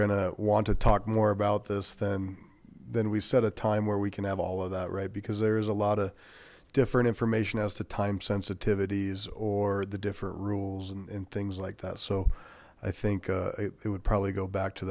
gonna want to talk more about this then then we've set a time where we can have all of that right because there's a lot of different information as to time sensitivities or the different rules and things like that so i think it would probably go back to